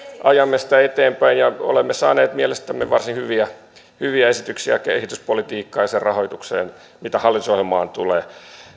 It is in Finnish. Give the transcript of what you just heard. ajamme sitä eteenpäin olemme saaneet mielestämme varsin hyviä hyviä esityksiä kehityspolitiikkaan sen rahoitukseen mitä hallitusohjelmaan tulee